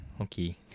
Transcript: okay